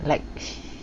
like sh~